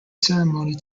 ceremony